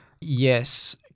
Yes